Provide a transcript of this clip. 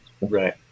Right